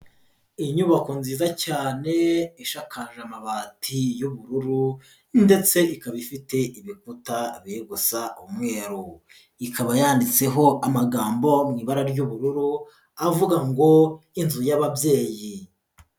Inyubako nziza cyane ishakaje amabati y'ubururu ndetse ikaba ifite ibikuta biri gusa umweru, ikaba yanditseho amagambo mu ibara ry'ubururu avuga ngo inzu y'ababyeyi.